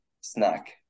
snack